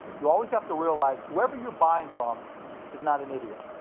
you always have to realize whoever you're buying from is not an idiot.